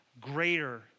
greater